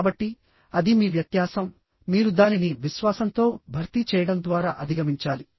కాబట్టిఅది మీ వ్యత్యాసంమీరు దానిని విశ్వాసంతో భర్తీ చేయడం ద్వారా అధిగమించాలి